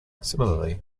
similarly